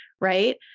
right